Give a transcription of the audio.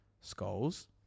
Skulls